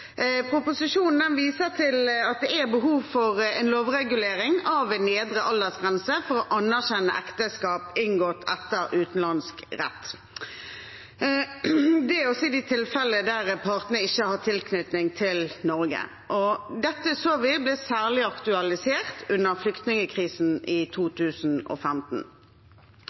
Proposisjonen viser til at det er behov for en lovregulering av en nedre aldersgrense for å anerkjenne ekteskap inngått etter utenlandsk rett. Det gjelder også i de tilfellene der partene ikke har tilknytning til Norge. Dette så vi ble særlig aktualisert under flyktningkrisen i 2015.